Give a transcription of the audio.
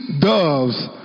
doves